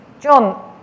John